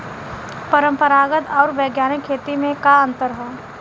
परंपरागत आऊर वैज्ञानिक खेती में का अंतर ह?